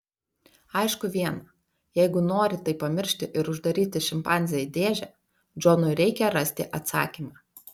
aišku viena jeigu nori tai pamiršti ir uždaryti šimpanzę į dėžę džonui reikia rasti atsakymą